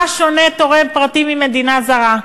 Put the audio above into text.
מה שונה תורם פרטי ממדינה זרה?